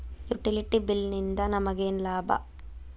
Utility bill ನಿಂದ್ ನಮಗೇನ ಲಾಭಾ?